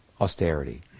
austerity